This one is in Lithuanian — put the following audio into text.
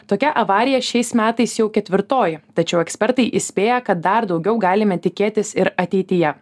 tokia avarija šiais metais jau ketvirtoji tačiau ekspertai įspėja kad dar daugiau galime tikėtis ir ateityje